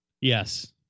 Yes